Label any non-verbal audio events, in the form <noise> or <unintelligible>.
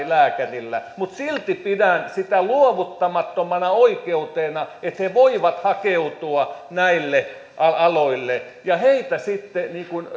<unintelligible> lääkärillä mutta silti pidän sitä luovuttamattomana oikeutena että he voivat hakeutua näille aloille ja heitä sitten